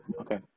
Okay